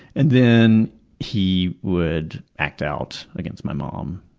and then he would act out against my mum, um